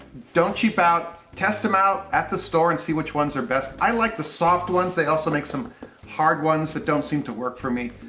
don't cheap out. test them out at the store and see which ones are best. i like the soft ones. they also make some hard ones that don't seem to work for me.